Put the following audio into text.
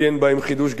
אני אומר אותם כבר